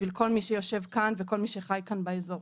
בשביל כל מי שיושב כאן וכל מי שחי כאן באזור.